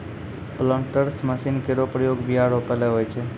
planters machine केरो प्रयोग बीया रोपै ल होय छै